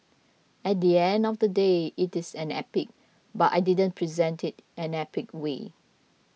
at the end of the day it is an epic but I didn't present it in an epic way